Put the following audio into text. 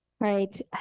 Right